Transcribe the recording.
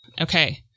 Okay